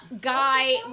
Guy